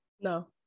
no